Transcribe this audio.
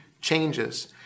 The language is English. changes